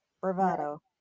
bravado